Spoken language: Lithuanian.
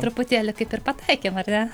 truputėlį kaip ir pataikėm ar ne